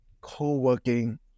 co-working